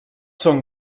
són